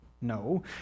No